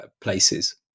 places